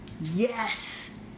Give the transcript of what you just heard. Yes